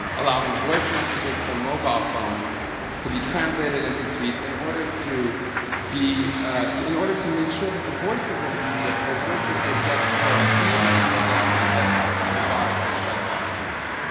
um allowing voice messages from mobile phones to be translated into tweets in order to be in order to make sure that the voices in egypt, their voices would get heard even in the advent that mubarak would shut down the internet.